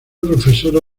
profesora